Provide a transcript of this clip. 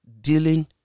dealing